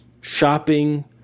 shopping